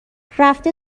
رفته